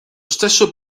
stesso